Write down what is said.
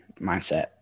mindset